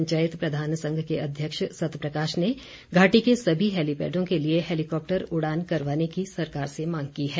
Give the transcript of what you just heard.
पंचायत प्रधान संघ के अध्यक्ष सत प्रकाश ने घाटी के सभी हेलिपैडों के लिए हेलिकॉप्टर उड़ान करवाने की सरकार से मांग की है